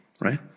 right